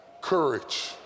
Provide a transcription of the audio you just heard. courage